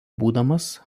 būdamas